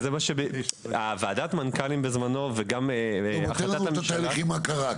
תאר לנו את התהליך של מה שקרה.